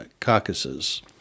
caucuses